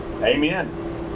Amen